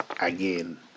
again